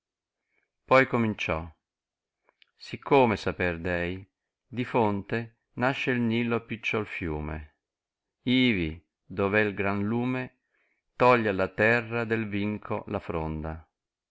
poi cominciò siccome saper dei di fonte nasce nilo picciol fiume ivi doveri gran lume toglie alla terra dei vinco la fronda